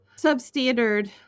substandard